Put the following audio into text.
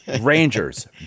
rangers